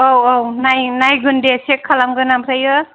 औ औ नाय नायगोन दे चेक खालामगोन ओमफ्रायो